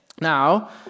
Now